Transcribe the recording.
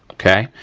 okay.